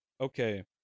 Okay